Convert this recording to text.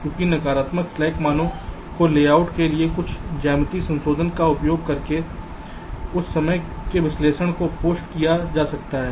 क्योंकि नकारात्मक स्लैक मानों को लेआउट के लिए कुछ ज्यामितीय संशोधन का उपयोग करके इस समय के विश्लेषण को पोस्ट किया जा सकता है